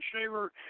Shaver